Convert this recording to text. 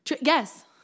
Yes